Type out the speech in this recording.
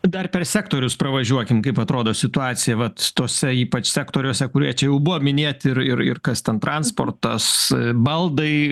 dar per sektorius pravažiuokim kaip atrodo situacija vat tose ypač sektoriuose kurie čia jau buvo minėti ir ir kas ten transportas baldai